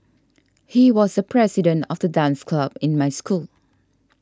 he was the president of the dance club in my school